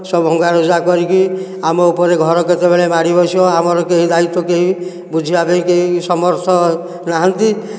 ସବୁ ଭଙ୍ଗାରୁଜା କରିକି ଆମ ଉପରେ ଘର କେତେବେଳେ ମାଡ଼ି ବସିବ ଆମର କେହି ଦାୟିତ୍ୱ କେହି ବୁଝିବା ପାଇଁ କେହି ସମର୍ଥ ନାହାଁନ୍ତି